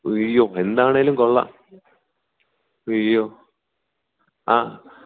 ഉയ്യോ എന്താണെങ്കിലും കൊള്ളാം ഉയ്യോ ആ